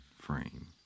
frame